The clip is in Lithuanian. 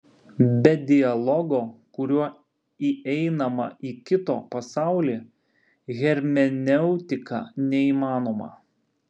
be dialogo kuriuo įeinama į kito pasaulį hermeneutika neįmanoma